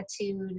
attitude